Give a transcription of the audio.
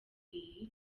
iyi